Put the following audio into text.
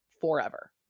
forever